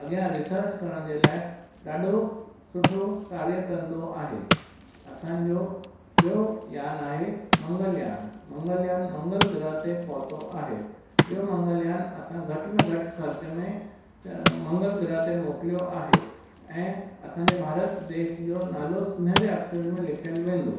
अॻियां रिसर्च करण जे लाइ ॾाढो सुठो कार्य कंदो आहे असांजो ॿियो यान आहे मंगल यान मंगल यान मंगल ग्रह ते पहुंतो आहे इयो मंगल यान असां घटि में घटि ख़र्च में मंगल ग्रह ते मोकिलियो आहे ऐं असांजे भारत देश जो नालो सुनहरे अक्षर में लिखियलु वेंदो